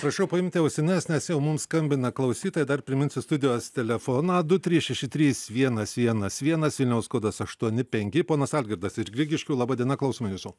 prašau paimti ausines nes jau mums skambina klausytoja dar priminsiu studijos telefoną du trys šeši trys vienas vienas vienas vilniaus kodas aštuoni penki ponas algirdas ir grigiškių laba diena klausome jūsų